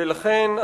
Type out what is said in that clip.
ולכן,